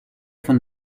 von